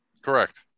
Correct